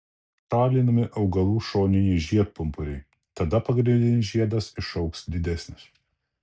šalinami augalų šoniniai žiedpumpuriai tada pagrindinis žiedas išaugs didesnis